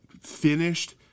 finished